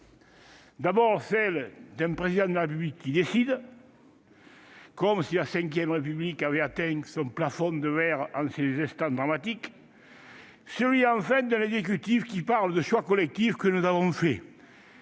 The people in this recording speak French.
d'abord, celle d'un Président de la République qui décide, comme si la V République avait atteint son plafond de verre en ces instants dramatiques ; celle, ensuite, d'un exécutif qui parle des « choix collectifs que nous avons faits